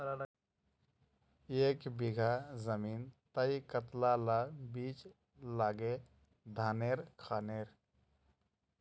एक बीघा जमीन तय कतला ला बीज लागे धानेर खानेर?